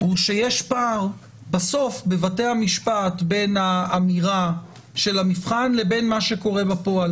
זה שיש פער בבתי המשפט בין האמירה של המבחן לבין מה שקורה בפועל,